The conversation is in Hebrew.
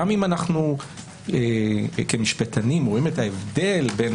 גם אם אנחנו כמשפטנים רואים את ההבדל בין